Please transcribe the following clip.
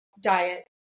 diet